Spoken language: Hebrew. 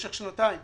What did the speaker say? במשך שנתיים